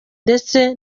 ndetse